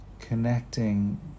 connecting